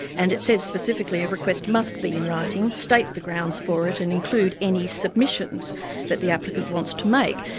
and it says specifically a request must be in writing, state the grounds for it, and include any submissions that the applicant wants to make.